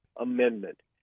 amendment